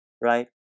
right